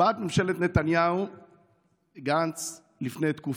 השבעת ממשלת נתניהו-גנץ לפני תקופה: